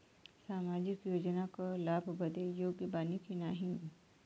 सामाजिक योजना क लाभ बदे योग्य बानी की नाही?